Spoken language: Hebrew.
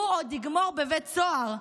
הוא עוד יגמור בבית סוהר.